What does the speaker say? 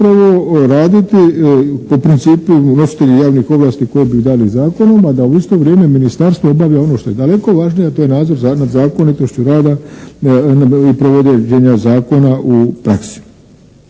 zapravo raditi po principu nositelji javnih ovlasti koje bi dali zakonom, a da u isto vrijeme ministarstvo obavi ono što je daleko važnije a to je nadzor nad zakonitošću rada i provođenja zakona u praksi.